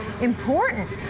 important